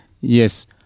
Yes